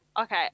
Okay